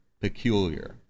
peculiar